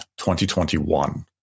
2021